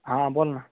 हां हां बोल ना